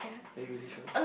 are you really sure